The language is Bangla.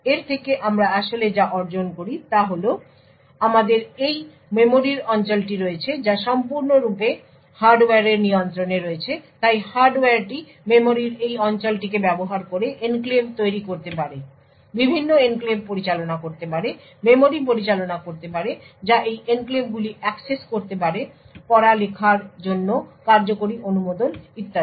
এর থেকে আমরা আসলে যা অর্জন করি তা হল আমাদের এই মেমরির অঞ্চলটি রয়েছে যা সম্পূর্ণরূপে হার্ডওয়্যারের নিয়ন্ত্রণে রয়েছে তাই হার্ডওয়্যারটি মেমরির এই অঞ্চলটিকে ব্যবহার করে এনক্লেভ তৈরি করতে পারে বিভিন্ন এনক্লেভ পরিচালনা করতে পারে মেমরি পরিচালনা করতে পারে যা এই এনক্লেভগুলি অ্যাক্সেস করতে পারে পড়ালেখার জন্য কার্যকারী অনুমোদন ইত্যাদি